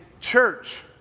church